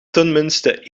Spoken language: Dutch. tenminste